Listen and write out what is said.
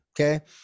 Okay